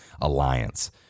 alliance